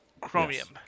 Chromium